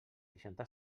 seixanta